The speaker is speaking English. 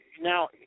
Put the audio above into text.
now